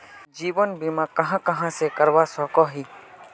जीवन बीमा कहाँ कहाँ से करवा सकोहो ही?